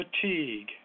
fatigue